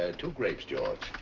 ah two grapes, george.